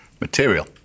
material